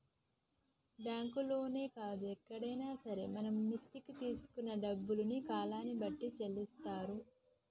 బ్యాంకుల్లోనే కాదు ఎక్కడైనా సరే మనం మిత్తికి తీసుకున్న డబ్బుల్ని కాలాన్ని బట్టి చెల్లిత్తారు